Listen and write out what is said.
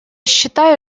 считаю